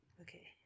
Okay